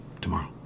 tomorrow